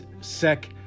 sec